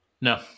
no